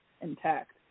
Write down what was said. intact